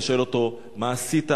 אני שואל אותו: מה עשית?